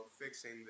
fixing